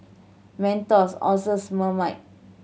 Mentos Asus Marmite